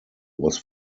was